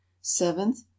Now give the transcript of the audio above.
seventh